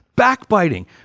backbiting